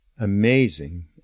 Amazing